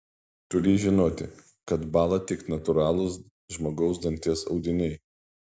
turi žinoti kad bąla tik natūralūs žmogaus danties audiniai